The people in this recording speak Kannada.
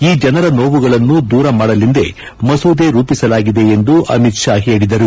ಈ ಜನರ ನೋವುಗಳನ್ನು ದೂರ ಮಾಡಲೆಂದೇ ಮಸೂದೆ ರೂಪಿಸಲಾಗಿದೆ ಎಂದು ಅಮಿತ್ ಶಾ ಹೇಳಿದರು